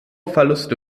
verluste